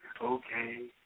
okay